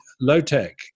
low-tech